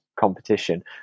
competition –